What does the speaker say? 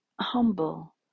humble